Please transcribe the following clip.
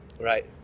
Right